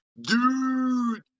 dude